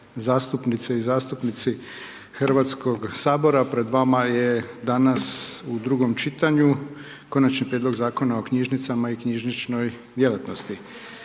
zastupnice i zastupnici HS-a. Pred vama je danas u drugom čitanju Konačnije prijedlog Zakona o knjižnicama i knjižničnoj djelatnosti.